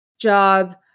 job